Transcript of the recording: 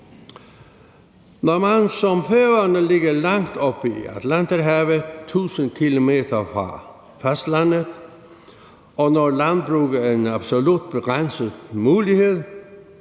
Når man som Færøerne ligger langt oppe i Atlanterhavet tusind kilometer fra fastlandet, og når landbruget er en absolut begrænset mulighed,